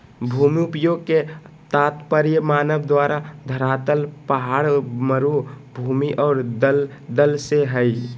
भूमि उपयोग के तात्पर्य मानव द्वारा धरातल पहाड़, मरू भूमि और दलदल से हइ